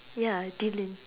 ya dylan